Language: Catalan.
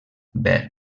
verb